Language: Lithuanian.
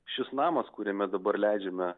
šis namas kuriame dabar leidžiame